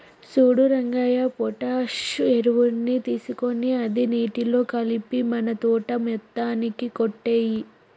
సూడు రంగయ్య పొటాష్ ఎరువుని తీసుకొని అది నీటిలో కలిపి మన తోట మొత్తానికి కొట్టేయి